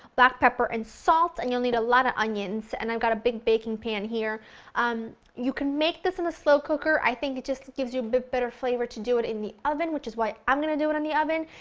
black pepper, and salt and you'll need a lot of onions. and i've got a big baking pan here um you can make this in the slow cooker. i think it just gives you a bit better flavor to do it in the oven, which is what i'm going to do it in the oven.